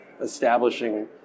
establishing